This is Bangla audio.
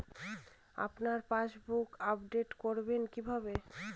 আপনার পাসবুক আপডেট করবেন কিভাবে?